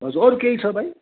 हजुर अरू केही छ भाइ